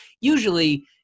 usually